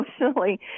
emotionally